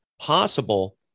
possible